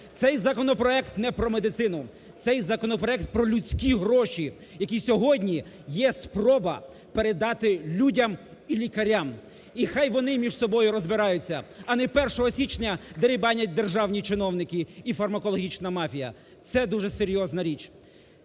Це законопроект не про медицину, цей законопроект про людські гроші, які сьогодні є спроба передати людям і лікарям. І хай вони між собою розбираються, а не 1 січня дерибанять державні чиновники і фармакологічна мафія. Це дуже серйозна річ.